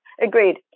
Agreed